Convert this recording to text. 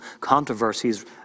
controversies